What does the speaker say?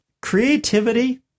creativity